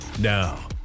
Now